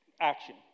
action